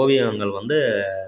ஓவியங்கள் வந்து